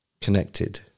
...connected